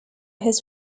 his